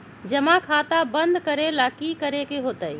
जमा खाता बंद करे ला की करे के होएत?